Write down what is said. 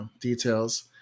details